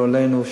לא עלינו,